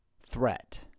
threat